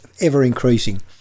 ever-increasing